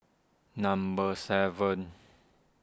number seven